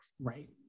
right